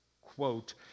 quote